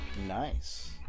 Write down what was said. Nice